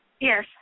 Yes